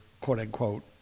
quote-unquote